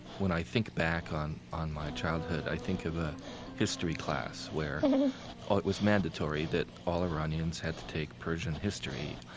when i think back on on my childhood, i think of a history class where it was mandatory that all iranians had to take persian history,